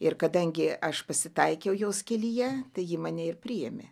ir kadangi aš pasitaikiau jos kelyje tai ji mane ir priėmė